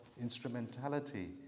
instrumentality